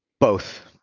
both,